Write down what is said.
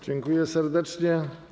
Dziękuję serdecznie.